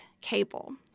cable